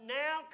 now